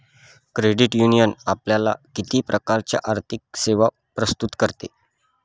Credit union आपल्याला किती प्रकारच्या आर्थिक सेवा प्रस्तुत करते?